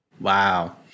Wow